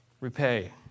repay